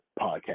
podcast